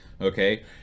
Okay